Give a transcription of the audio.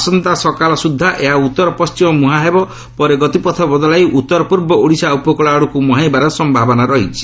ଆସନ୍ତାକାଲି ସକାଳ ସୁଦ୍ଧା ଏହା ଉତ୍ତରପଶ୍ଚିମ ମୁହାଁ ହେବା ପରେ ଗତିପଥ ବଦଳାଇ ଉତ୍ତର ପୂର୍ବ ଓଡ଼ିଶା ଉପକୂଳ ଆଡ଼କୁ ମୁହାଁଇବାର ସମ୍ଭାବନା ରହିଛି